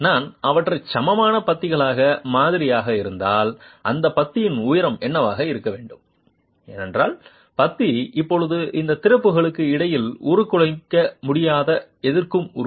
நான் அவற்றை சமமான பத்திகளாக மாதிரியாக இருந்தால் அந்த பத்தியின் உயரம் என்னவாக இருக்க வேண்டும் ஏனென்றால் பத்தி இப்போது இந்த திறப்புகளுக்கு இடையில் உருக்குலைக்கமுடியாத எதிர்க்கும் உறுப்பு